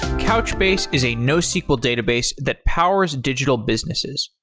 couchbase is a nosql database that powers digital businesses.